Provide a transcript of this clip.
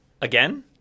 Again